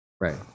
right